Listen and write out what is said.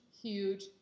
huge